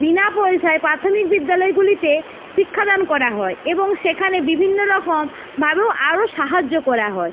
বিনা পয়সায় প্রাথমিক বিদ্যালয়গুলিতে শিক্ষাদান করা হয় এবং সেখানে বিভিন্ন রকম ভাবেও আরও সাহায্য করা হয়